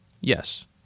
Yes